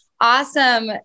awesome